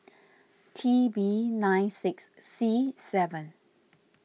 T B nine six C seven